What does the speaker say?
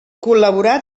col·laborà